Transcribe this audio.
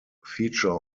feature